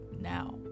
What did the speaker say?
now